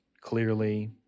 clearly